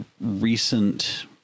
recent